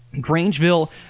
Grangeville